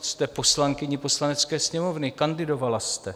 Jste poslankyní Poslanecké sněmovny, kandidovala jste.